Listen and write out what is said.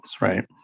right